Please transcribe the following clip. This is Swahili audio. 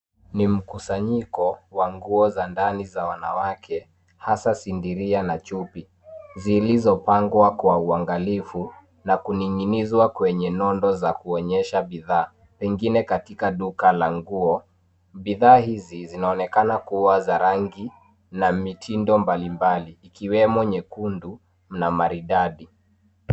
Ni mkusanyoko wa nguo za ndani za wanake hasa sindiria na chupi, zilizopangwa kwa uangalifu na kuningi'niswa kwenye nondo za kuonyesha bidhaa, pengine katika duka la nguo, bidhaa hizi zinaonekana kuwa za rangi na mitindo mbali mbali, ikiwemo nyekundu na maridadi.